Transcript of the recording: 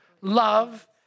love